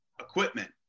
equipment